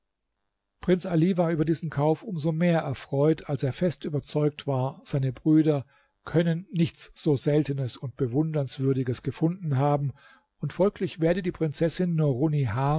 prinz ali war über diesen kauf umso mehr erfreut als er fest überzeugt war seine brüder können nichts so seltenes und bewundernswürdiges gefunden haben und folglich werde die prinzessin